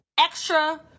extra